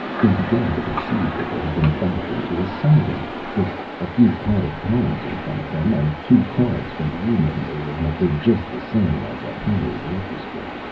they began to perceive that they had been backed into a siding. with a few potted palms in front of them, and two cards from the union, they would have been just the same as a hired orchestra.